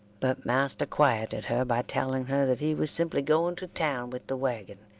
but master quieted her by telling her that he was simply going to town with the wagon,